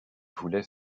voulait